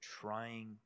trying